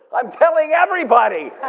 i'm telling everybody!